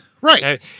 right